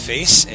Face